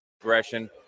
aggression